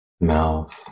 mouth